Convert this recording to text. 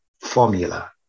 formula